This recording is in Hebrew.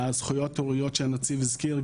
זכויות הוריות שהנציב הזכיר.